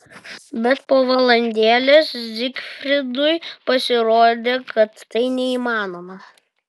bet po valandėlės zygfridui pasirodė kad tai neįmanoma